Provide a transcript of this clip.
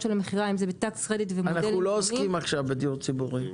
אנחנו לא עוסקים עכשיו בדיור ציבורי,